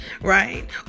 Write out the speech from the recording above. right